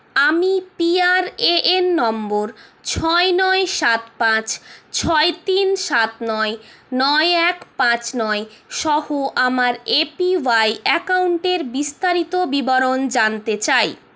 আমি P R A N নম্বর ছয় নয় সাত পাঁচ ছয় তিন সাত নয় নয় এক পাঁচ নয় সহ আমার এ পি ওয়াই অ্যাকাউন্টের বিস্তারিত বিবরণ জানতে চাই